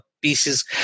Pieces